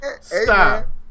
stop